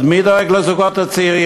אז מי דואג לזוגות הצעירים?